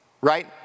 Right